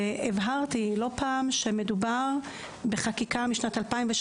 והבהרתי לא פעם שמדובר בחקיקה משנת 2017